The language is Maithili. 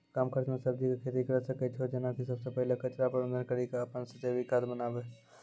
कम खर्च मे सब्जी के खेती करै सकै छौ जेना कि सबसे पहिले कचरा प्रबंधन कड़ी के अपन से जैविक खाद बनाबे?